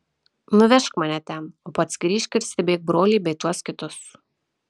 nuvežk mane ten o pats grįžk ir stebėk brolį bei tuos kitus